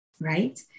right